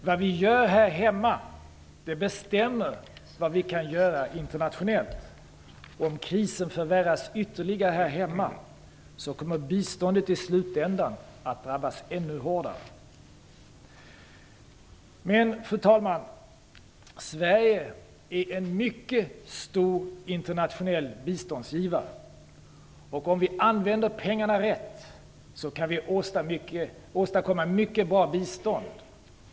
Vad vi gör här hemma bestämmer vad vi kan göra internationellt. Om krisen förvärras ytterligare här hemma, kommer biståndet i slutändan att drabbas ännu hårdare. Fru talman! Sverige är en mycket stor, internationell biståndsgivare. Om vi använder pengarna rätt, kan vi åstadkomma mycket bra bistånd.